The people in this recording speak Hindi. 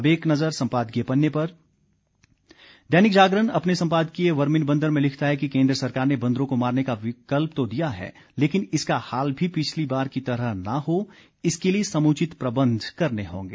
अब एक नज़र सम्पादकीय पन्ने पर दैनिक जागरण अपने सम्पादकीय वर्मिन बंदर में लिखता है कि केन्द्र सरकार ने बंदरों को मारने का विकल्प तो दिया है लेकिन इसका हाल भी पिछली बार की तरह न हो इसके लिये समूचित प्रबंध करने होंगे